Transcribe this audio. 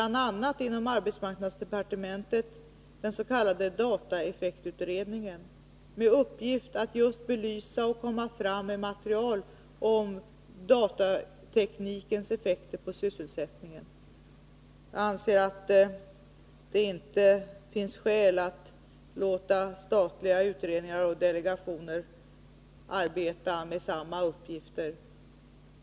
a. finns inom arbetsmarknadsdepartementet den s.k. dataeffektutredningen med uppgift att just belysa och ta fram material om datateknikens effekter på sysselsättningen. Jag anser att det inte finns skäl att låta statliga utredningar och delegationer arbeta med samma uppgifter.